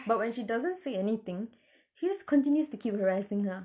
but when she doesn't say anything he just continues to keep harassing her